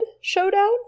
showdown